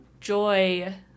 Joy